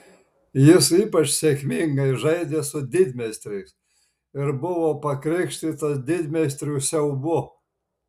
jis ypač sėkmingai žaidė su didmeistriais ir buvo pakrikštytas didmeistrių siaubu